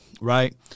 Right